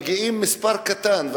מגיע מספר קטן.